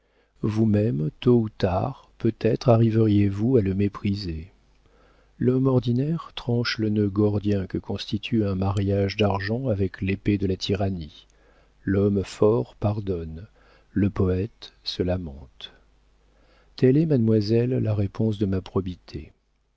vous-même tôt ou tard peut-être arriveriez vous à le mépriser l'homme ordinaire tranche le nœud gordien que constitue un mariage d'argent avec l'épée de la tyrannie l'homme fort pardonne le poëte se lamente telle est mademoiselle la réponse de ma probité